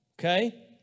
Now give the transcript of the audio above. Okay